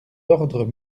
ordres